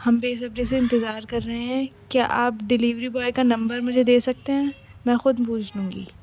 ہم بےصبری سے انتظار کر رہے ہیں کیا آپ ڈلیوری بوائے کا نمبر مجھے دے سکتے ہیں میں خود بوجھ لوں گی